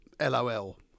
LOL